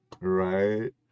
right